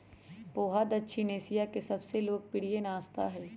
पोहा दक्षिण एशिया के सबसे लोकप्रिय नाश्ता हई